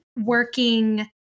working